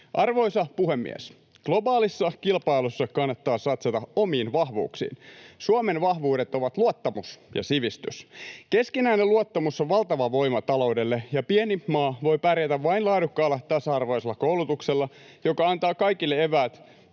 Arvoisa puhemies! Globaalissa kilpailussa kannattaa satsata omiin vahvuuksiin. Suomen vahvuudet ovat luottamus ja sivistys. Keskinäinen luottamus on valtava voima taloudelle, ja pieni maa voi pärjätä vain laadukkaalla, tasa-arvoisella koulutuksella, joka antaa kaikille eväät